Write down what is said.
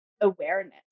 awareness